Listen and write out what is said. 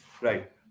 Right